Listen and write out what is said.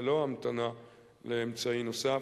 ללא המתנה לאמצעי נוסף,